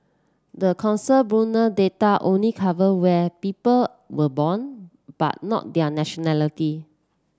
the Census Bureau data only cover where people were born but not their nationality